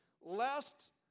Lest